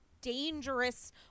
dangerous